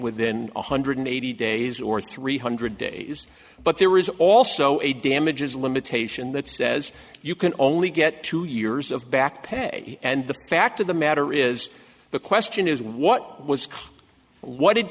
within one hundred eighty days or three hundred days but there is also a damages limitation that says you can only get two years of back pay and the fact of the matter is the question is what was what did